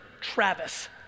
Travis